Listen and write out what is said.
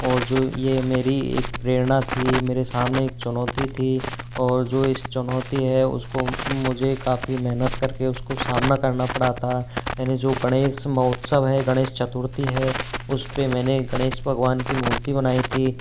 और जो ये मेरी एक प्रेरणा थी मेरे सामने एक चुनौती थी और जो इस चुनौती है उसको मुझे काफ़ी मेहनत करके उसको सामना करना पड़ा था मैंने जो गणेश महोत्सव है गणेश चतुर्थी है उसपे मैंने गणेश भगवान की मूर्ति बनाई थी